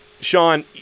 Sean